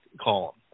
column